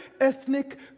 ethnic